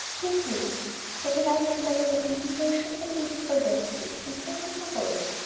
dear katy your delightful letter and invitation came day before yesterday, and thank you for both.